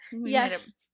yes